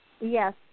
Yes